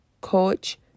coach